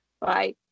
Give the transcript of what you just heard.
Bye